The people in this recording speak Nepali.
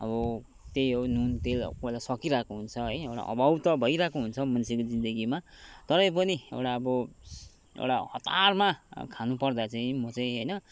अब त्यही हो नुन तेल अब कोही बेला सकिरहेको हुन्छ है एउटा अभाव त भइरहेको हुन्छ मान्छेको जिन्दगीमा तरै पनि एउटा अब एउटा हतारमा खानुपर्दा चाहिँ म चाहिँ होइन